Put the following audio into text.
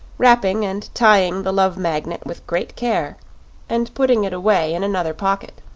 wrapping and tying the love magnet with great care and putting it away in another pocket.